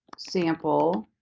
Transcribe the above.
sample